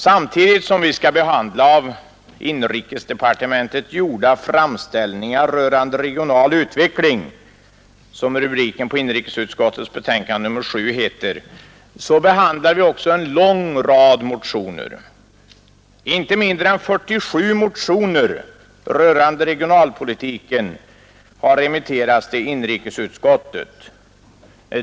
Samtidigt som vi skall behandla av inrikesdepartementet gjorda framställningar rörande regional utveckling — som rubriken på inrikesutskottets betänkande nr 7 lyder — behandlar vi också en lång rad motioner. Inte mindre än 47 motioner rörande regionalpolitiken har remitterats till inrikesutskottet.